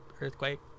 earthquake